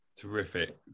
Terrific